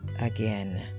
again